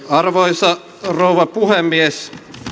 arvoisa rouva puhemies